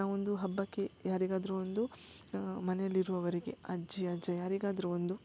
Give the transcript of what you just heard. ನಾವು ಒಂದು ಹಬ್ಬಕ್ಕೆ ಯಾರಿಗಾದರು ಒಂದು ಮನೆಯಲ್ಲಿರುವವರಿಗೆ ಅಜ್ಜಿ ಅಜ್ಜ ಯಾರಿಗಾದರು ಒಂದು